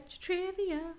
trivia